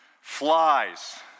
flies